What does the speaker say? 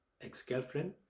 ex-girlfriend